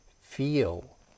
feel